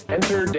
Enter